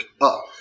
Up